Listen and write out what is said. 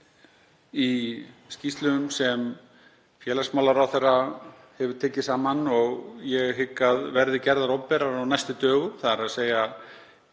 í skýrslum sem félagsmálaráðherra hefur tekið saman og ég hygg að verði gerðar opinberar á næstu dögum, þ.e. að með